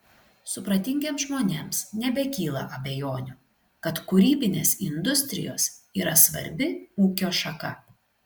supratingiems žmonėms nebekyla abejonių kad kūrybinės industrijos yra svarbi ūkio šaka